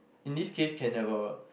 in this case can never